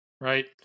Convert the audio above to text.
Right